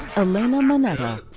elena manetta.